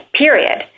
period